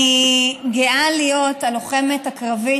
אני גאה להיות הלוחמת הקרבית,